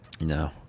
No